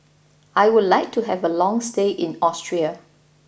I would like to have a long stay in Austria